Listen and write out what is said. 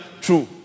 True